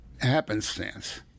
Happenstance